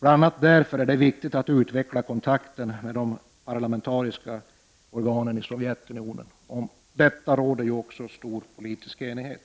Bl.a. därför är det viktigt att utveckla kontakten med de parlamentariska organen i Sovjetunionen. Om detta råder också stor politisk enighet.